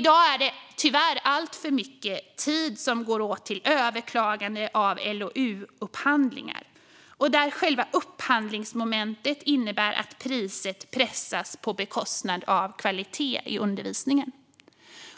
I dag går tyvärr alltför mycket tid åt till överklagande av LOU-upphandlingar, där själva upphandlingsmomentet innebär att priset pressas på bekostnad av kvalitet i undervisningen.